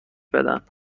بدن